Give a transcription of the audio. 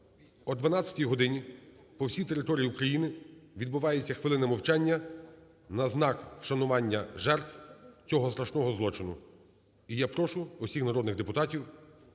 О 12 годині по всій території України відбувається хвилина мовчання на знак вшанування жертв цього страшного злочину. І я прошу всіх народних депутатів